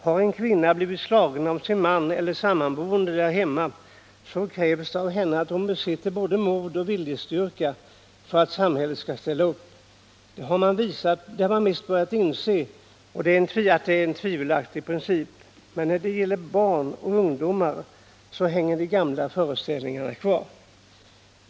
Har en kvinna blivit slagen av sin man eller sammanboende därhemma, så krävs det av henne att hon besitter både mod och viljestyrka för att samhället skall ställa upp. Man har visst nu börjat inse att det är en tvivelaktig princip. Men när det gäller barn och ungdomar hänger de gamla föreställningarna kvar.